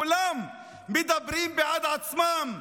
כולם מדברים בעד עצמם.